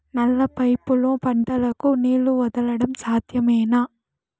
నల్ల పైపుల్లో పంటలకు నీళ్లు వదలడం సాధ్యమేనా?